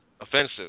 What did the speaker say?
offensive